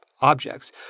objects